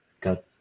got